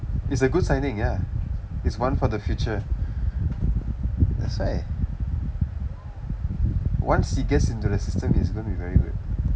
is a good signing ya it's one for the future that's why once he gets into the system he's gonna be very good